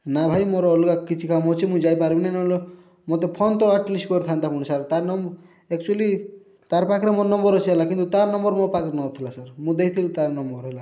ନା ଭାଇ ମୋର ଅଲଗା କିଛି କାମ ଅଛି ମୁଁ ଯାଇପାରିବିନି ନହେଲେ ମୋତେ ଫୋନ୍ ତ ଆଟଲିଷ୍ଟ୍ କରିଥାଆନ୍ତା ପୁଣି ସାର୍ ତାର ନହେଲେ ଏକ୍ଚୁଲି ତାର ପାଖରେ ମୋର ନମ୍ବର୍ ଅଛି ହେଲା କିନ୍ତୁ ତା' ନମ୍ବର୍ ମୋ ପାଖରେ ନଥିଲା ସାର୍ ମୁଁ ଦେଇଥିଲି ତା' ନମ୍ବର୍ ହେଲା